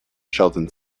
sheldon